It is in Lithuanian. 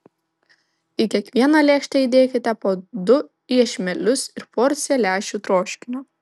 į kiekvieną lėkštę įdėkite po du iešmelius ir porciją lęšių troškinio